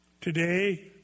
today